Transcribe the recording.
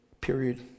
period